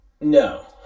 No